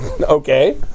Okay